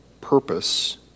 purpose